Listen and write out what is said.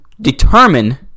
determine